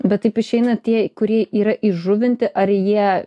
bet taip išeina tie kurie yra įžuvinti ar jie